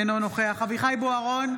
אינו נוכח אביחי בוארון